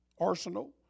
arsenal